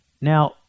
Now